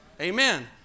Amen